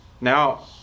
Now